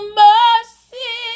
mercy